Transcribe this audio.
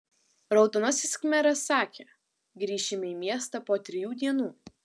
raudonasis khmeras sakė grįšime į miestą po trijų dienų